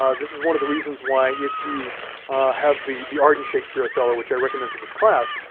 um this is one of the reasons why if you have the the arden shakespeare othello, which i recommend for this class,